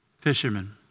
fishermen